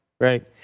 right